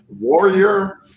Warrior